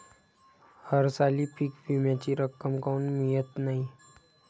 हरसाली पीक विम्याची रक्कम काऊन मियत नाई?